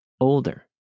older